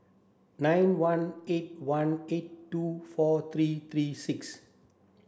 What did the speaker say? nine one eight one eight two four three three six